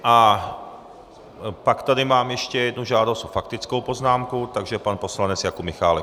A pak tady mám ještě jednu žádost o faktickou poznámku, takže pan poslanec Jakub Michálek.